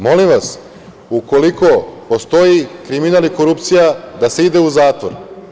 Molim vas, ukoliko postoji kriminal i korupcija, da se ide u zatvor.